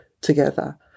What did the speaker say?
together